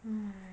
!hais!